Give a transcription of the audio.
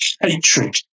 hatred